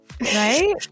right